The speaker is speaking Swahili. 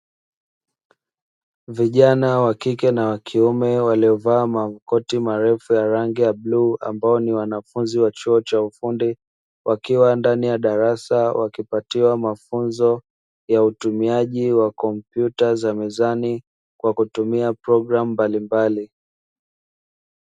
Vijana wa kike na wa kiume waliovaa makoti marefu ya rangi ya bluu ambao ni wanafunzi wa chuo cha ufundi, wakiwa ndani ya darasa wakipatiwa mafunzo ya utumiaji wa kompyuta za mezani kwa kutumia programu mbalimbali.